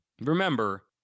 remember